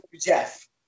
Jeff